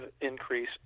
increase